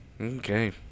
Okay